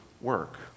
work